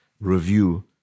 review